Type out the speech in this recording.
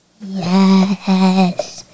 Yes